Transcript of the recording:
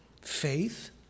faith